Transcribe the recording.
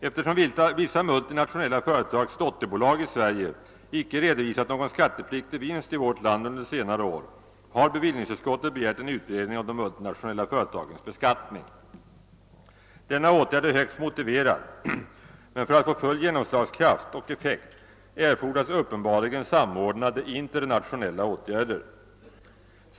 Eftersom vissa multinationella företags dotterbolag i Sverige icke redovisat någon skattepliktig vinst i vårt land under senare år, har bevillningsutskottet begärt en utredning om de multinationella företagens beskattning. Denna åtgärd är högst motiverad, men för att den skall få full genomslagskraft och effekt erfordras uppenbarligen samordnade internationella åtgärder.